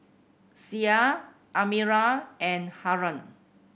Syah Amirah and Haron